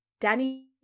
danny